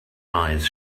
eyes